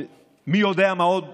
מי יודע מה עוד